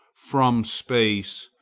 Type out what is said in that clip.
from space,